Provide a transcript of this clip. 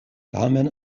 tamen